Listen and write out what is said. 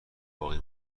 باقی